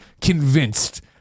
convinced